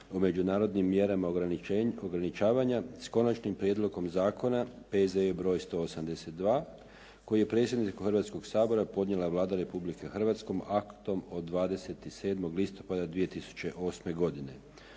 o međunarodnim mjerama ograničavanja s konačnim prijedlogom zakona P.Z.E. broj 182 koji je predsjedniku Hrvatskog sabora podnijela Vlada Republike Hrvatske aktom od 27. listopada 2008. godine.